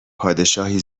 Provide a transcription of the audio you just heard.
پادشاهی